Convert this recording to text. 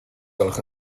gwelwch